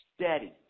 steady